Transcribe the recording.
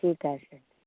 ठीक ठीक है सर